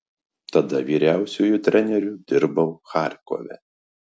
tada vyriausiuoju treneriu dirbau charkove